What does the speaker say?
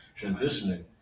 transitioning